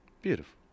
beautiful